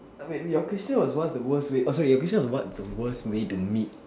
err wait your question was what's the worst way uh sorry your question was what the worst way to meet